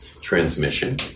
transmission